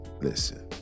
Listen